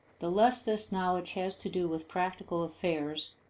the less this knowledge has to do with practical affairs,